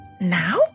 now